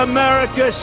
America